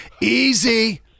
easy